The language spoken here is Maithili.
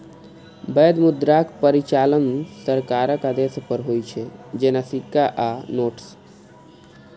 वैध मुद्राक परिचालन सरकारक आदेश पर होइ छै, जेना सिक्का आ नोट्स